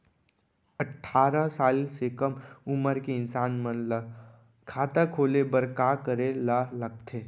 अट्ठारह साल से कम उमर के इंसान मन ला खाता खोले बर का करे ला लगथे?